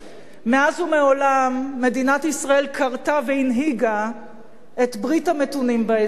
מאז ומעולם מדינת ישראל כרתה והנהיגה את ברית המתונים באזור.